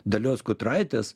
dalios kutraitės